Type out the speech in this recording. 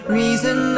reason